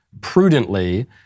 prudently